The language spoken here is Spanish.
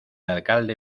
alcalde